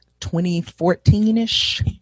2014-ish